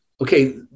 Okay